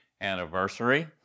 anniversary